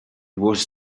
was